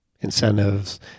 incentives